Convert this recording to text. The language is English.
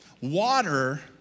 Water